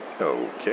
Okay